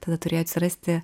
tada turėjo atsirasti